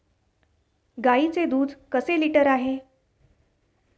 गाईचे दूध कसे लिटर आहे?